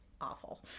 awful